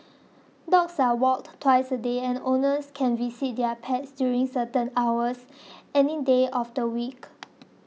dogs are walked twice a day and owners can visit their pets during certain hours any day of the week